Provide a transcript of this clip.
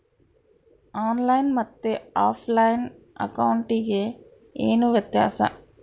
On line ಮತ್ತೆ offline ಅಕೌಂಟಿಗೆ ಏನು ವ್ಯತ್ಯಾಸ?